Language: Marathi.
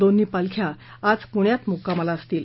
दोन्ही पालख्या आज पूण्यात मुक्कामाला असतील